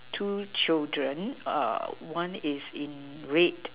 two children one is in red